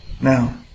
Now